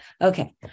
Okay